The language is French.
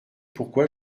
pourquoi